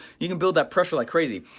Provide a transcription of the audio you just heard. you can build that pressure like crazy.